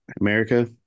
America